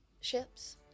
ships